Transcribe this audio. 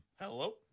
Hello